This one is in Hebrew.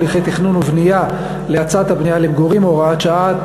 הליכי תכנון ובנייה להאצת הבנייה למגורים (הוראת שעה),